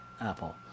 apple